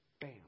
bam